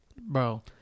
bro